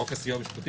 חוק הסיוע המשפטי